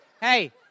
hey